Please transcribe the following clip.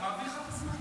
אני מעביר לך את הזמן.